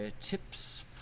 tips